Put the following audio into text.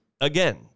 again